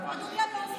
סליחה.